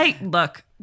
Look